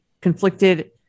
conflicted